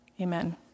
Amen